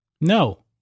No